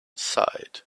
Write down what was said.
sight